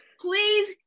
please